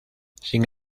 sin